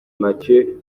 matthew